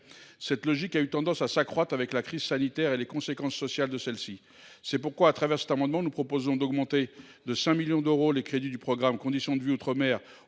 Cette logique a eu tendance à s’accroître avec la crise sanitaire et ses conséquences sociales induites. C’est pourquoi, au travers de cet amendement, nous proposons d’augmenter de 5 millions d’euros les crédits du programme « Conditions de vie outre mer